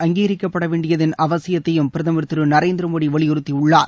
அங்கீகரிக்கப்பட வேண்டியதன் அவசியத்தையும் பிரதமர் திரு நரேந்திரமோடி வலியுறுத்தியுள்ளார்